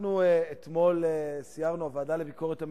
אתמול אנחנו סיירנו, הוועדה לביקורת המדינה,